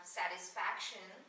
satisfaction